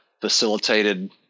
facilitated